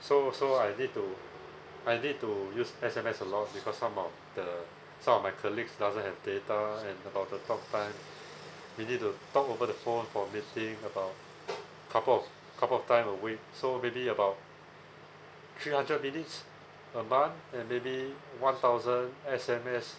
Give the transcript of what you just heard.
so so I need to I need to use S_M_S a lot because some of the some of my colleagues doesn't have data and about the talk time we need to talk over the phone for meeting about couple of couple of time a week so maybe about three hundred minutes a month and maybe one thousand S_M_S